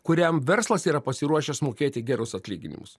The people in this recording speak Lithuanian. kuriam verslas yra pasiruošęs mokėti gerus atlyginimus